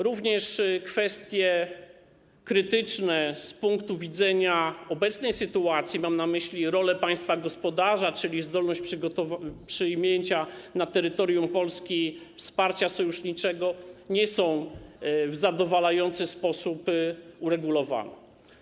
Również kwestie krytyczne z punktu widzenia obecnej sytuacji, mam na myśli rolę państwa gospodarza, czyli zdolność przyjęcia na terytorium Polski wsparcia sojuszniczego, nie są w zadowalający sposób uregulowane.